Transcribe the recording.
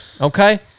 okay